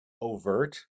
overt